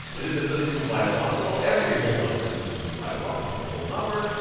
is it divisible by one well, every whole number is divisible by one this is a whole number,